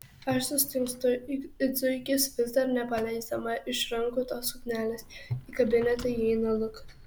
aš sustingstu it zuikis vis dar nepaleisdama iš rankų tos suknelės į kabinetą įeina lukas